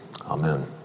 Amen